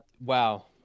wow